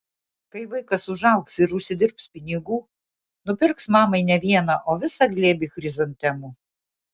kai vaikas užaugs ir užsidirbs pinigų nupirks mamai ne vieną o visą glėbį chrizantemų